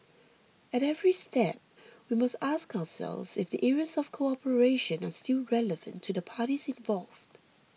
at every step we must ask ourselves if the areas of cooperation are still relevant to the parties involved